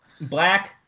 Black